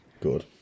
Good